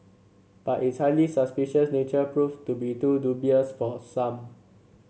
but its highly suspicious nature proved to be too dubious for some